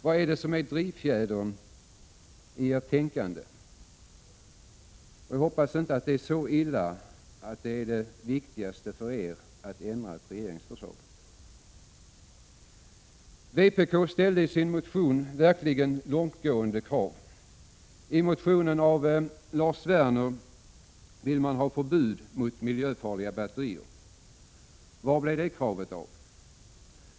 Vad är det som är drivfjädern i ert tänkande? Jag hoppas att det inte är så illa att det viktigaste för er är att ändra ett regeringsförslag? Vpk ställde i sin motion verkligen långtgående krav. I motionen av Lars Werner vill man ha förbud mot miljöfarliga batterier. Var blev det kravet av?